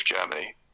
Germany